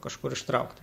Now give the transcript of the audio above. kažkur ištraukti